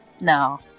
No